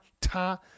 ta